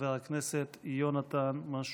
חבר הכנסת יונתן מישרקי.